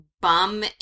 bum